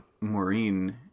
Maureen